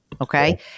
Okay